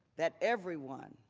that everyone